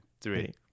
three